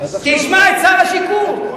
תשמע את שר השיכון.